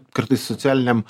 kartais socialiniam